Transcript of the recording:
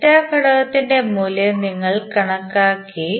delta ഘടകത്തിന്റെ മൂല്യം നിങ്ങൾ കണക്കാക്കി